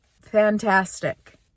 Fantastic